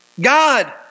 God